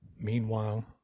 Meanwhile